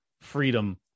freedom